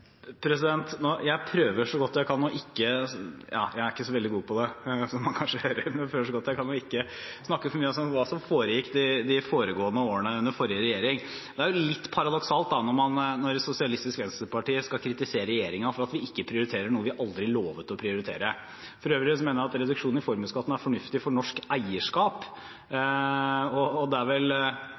Jeg er ikke så veldig god på det – som man kanskje hører – men jeg prøver så godt jeg kan ikke å snakke for mye om hva som foregikk i de foregående årene, under den forrige regjeringen. Det er litt paradoksalt når Sosialistisk Venstreparti kritiserer regjeringen for ikke å prioritere noe vi aldri lovet å prioritere. For øvrig mener jeg at reduksjonen av formuesskatten er fornuftig for norsk eierskap. Arbeidsplasser er også viktig for både folk som har barn i skolen, og andre. I løpet av de foregående åtte årene var det